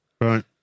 right